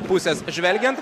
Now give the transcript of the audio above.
pusės žvelgiant